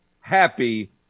happy